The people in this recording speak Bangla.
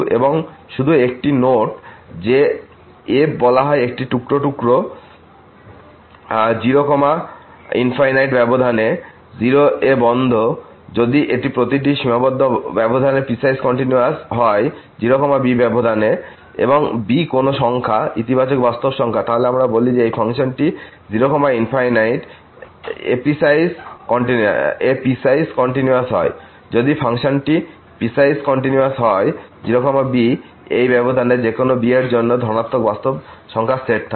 এবং শুধু একটি নোট যে f বলা হয় এই টুকরো টুকরো টুকরো 0 ∞ 0 এ বন্ধ যদি এটি প্রতিটি সীমাবদ্ধ ব্যবধানেপিসওয়াইস কন্টিনিউয়াস হয় 0 b এবং b কোন সংখ্যা ইতিবাচক বাস্তব সংখ্যা তাহলে আমরা বলি যে এই ফাংশনটি 0 ∞এপিসাইস কন্টিনিউয়াস হয় যদি ফাংশনটিপিসাইস কন্টিনিউয়াস হয় 0 b এই ব্যাবধানে যেকোনো b এর জন্য ধনাত্মক বাস্তব সংখ্যার সেট থেকে